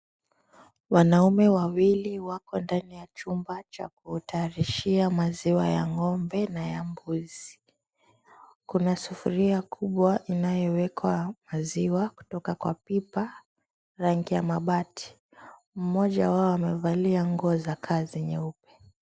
Wanaume wawili wako ndani ya chumba cha kutayarishia maziwa ya ng'ombe na ya mbuzi. Kuna sufuria kubwa inayowekwa maziwa kutoka kwa pipa, rangi ya mabati. Mmoja wao amevalia nguo za kazi nyeupe.